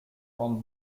from